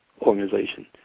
organization